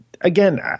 Again